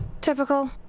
Typical